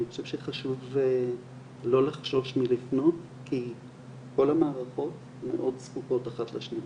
אני חושב שחשוב לא לחשוש מלפנות כי כל המערכות מאוד זקוקות אחת לשנייה.